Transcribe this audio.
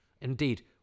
Indeed